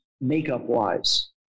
makeup-wise